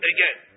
Again